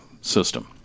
system